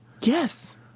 yes